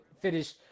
finish